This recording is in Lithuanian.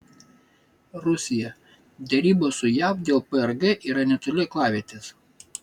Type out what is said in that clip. rusija derybos su jav dėl prg yra netoli aklavietės